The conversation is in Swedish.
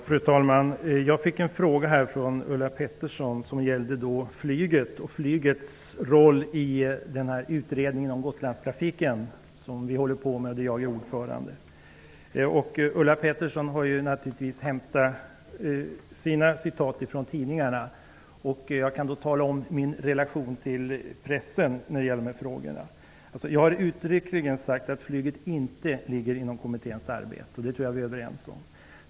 Fru talman! Jag fick av Ulla Pettersson en fråga som gällde flygets roll i utredningen om Gotlandstrafiken. Jag är ordförande i denna utredning. Ulla Pettersson har naturligtvis hämtat sina citat från tidningarna. Jag kan då tala om min relation till pressen i dessa frågor. Jag har uttryckligen förklarat att flyget inte ligger inom kommitténs arbete. Det tror jag att vi är överens om.